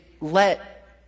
let